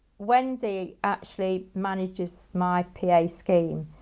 wendy actually manages my pa scheme,